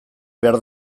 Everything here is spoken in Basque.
behar